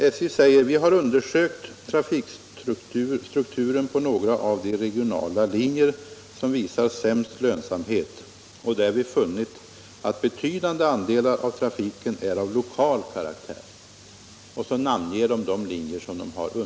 SJ skriver att man har ”undersökt trafikstrukturen på några av de regionala linjer, som visar sämst lönsamhet och därvid funnit, att betydande andelar av trafiken är av lokal karaktär”. Sedan namnges de linjer som avses.